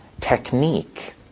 technique